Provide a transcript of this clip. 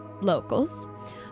locals